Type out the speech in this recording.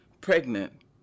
pregnant